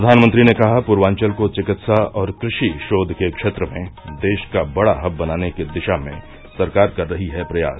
प्रधानमंत्री ने कहा पूर्वांचल को चिकित्सा और कृषि शोध के क्षेत्र में देश का बड़ा हब बनाने की दिशा में सरकार कर रही है प्रयास